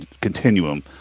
continuum